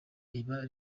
riba